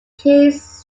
case